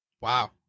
Wow